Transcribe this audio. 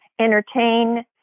entertain